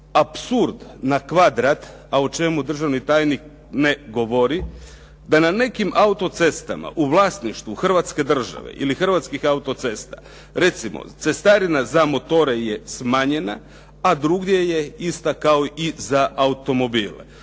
apsurd na kvadrat, a o čemu državni tajnik ne govori, da na nekim autocestama u vlasništvu Hrvatske države ili Hrvatskih autocesta, recimo cestarina za motore je smanjena, a drugdje je ista kao i za automobile.